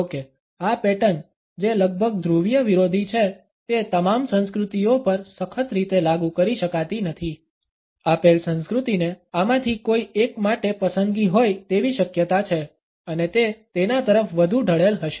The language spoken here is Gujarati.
જો કે આ પેટર્ન જે લગભગ ધ્રુવીય વિરોધી છે તે તમામ સંસ્કૃતિઓ પર સખત રીતે લાગુ કરી શકાતી નથી આપેલ સંસ્કૃતિને આમાંથી કોઈ એક માટે પસંદગી હોય તેવી શક્યતા છે અને તે તેના તરફ વધુ ઢળેલ હશે